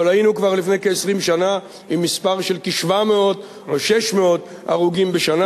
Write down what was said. אבל היינו כבר לפני כ-20 שנה עם מספר של כ-700 ו-600 הרוגים בשנה.